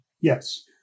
Yes